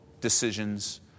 decisions